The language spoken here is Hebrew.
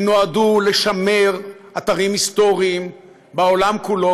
הם נועדו לשמר אתרים היסטוריים בעולם כולו,